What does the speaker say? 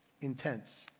intense